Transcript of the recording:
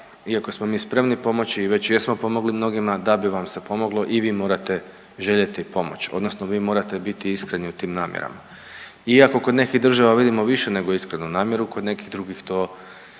iako smo mi spremni pomoći i već jesmo pomogli mnogima, da bi vam se pomoglo i vi morate željeti pomoći odnosno vi morate biti iskreni u tim namjerama. Iako u kod nekih država vidimo više nego iskrenu namjeru kod nekih drugih to